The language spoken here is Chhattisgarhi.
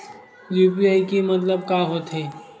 यू.पी.आई के मतलब का होथे?